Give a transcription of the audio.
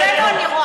של חנה ארנדט,